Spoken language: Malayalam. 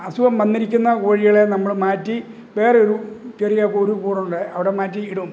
അസുഖം വന്നിരിക്കുന്ന കോഴികളെ നമ്മൾ മാറ്റി വേറെ ഒരു ചെറിയ പൊടി കൂട് ഉണ്ട് അവിടെ മാറ്റി ഇടും